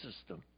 system